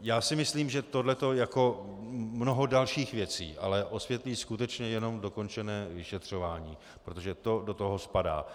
Já si myslím, že tohle to, jako mnoho dalších věcí, ale osvětlí skutečně jenom dokončené vyšetřování, protože to do toho spadá.